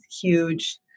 huge